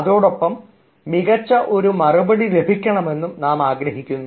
അതോടൊപ്പം മികച്ച ഒരു മറുപടി ലഭിക്കണമെന്നും നാമാഗ്രഹിക്കുന്നു